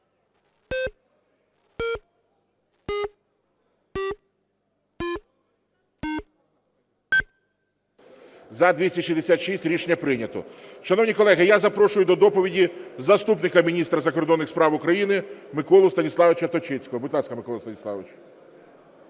За-266 Рішення прийнято. Шановні колеги, я запрошую до доповіді заступника міністра закордонних справ України Миколу Станіславовича Точицького. Будь ласка, Микола Станіславович.